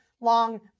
long